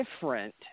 different